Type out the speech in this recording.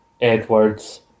Edwards